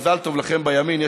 מזל טוב לכם בימין,